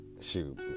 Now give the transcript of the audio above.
Shoot